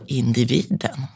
individen